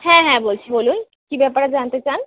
হ্যাঁ হ্যাঁ বলছি বলুন কী ব্যাপারে জানতে চান